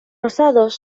rosados